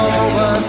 over